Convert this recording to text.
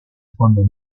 fondo